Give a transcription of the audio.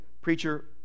preacher